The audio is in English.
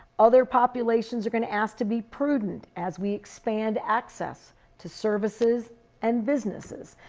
other populations are going to ask to be prudent as we expand access to services and businesses.